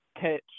catch